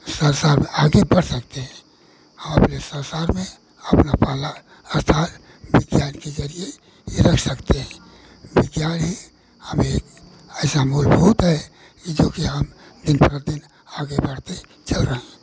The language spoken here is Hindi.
साथ साथ आगे बढ़ सकते हैं और इस संसार में अपना पहला स्थान विज्ञान के जरिये यह रख सकते हैं विज्ञान ही हमें ऐसा मूलभूत है कि जोकि हम दिन प्रतिदिन आगे बढ़ते चल रहे हैं